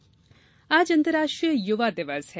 युवा दिवस आज अंतर्राष्ट्रीय युवा दिवस है